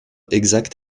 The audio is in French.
exact